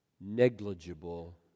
negligible